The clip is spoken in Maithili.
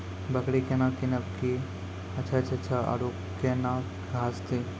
बकरी केना कीनब केअचछ छ औरू के न घास दी?